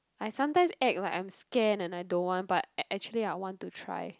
I sometimes act like I'm scared and I don't want but ac~ actually I want to try